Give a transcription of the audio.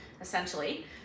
essentially